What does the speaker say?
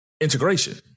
integration